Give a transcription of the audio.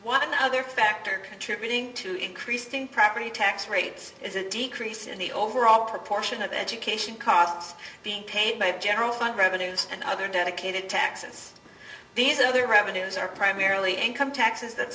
one other factor contributing to increasing property tax rates is a decrease in the overall proportion of the education costs being paid by the general fund revenues and other dedicated taxes these are the revenues are primarily income taxes that